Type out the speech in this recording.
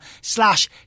slash